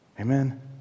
Amen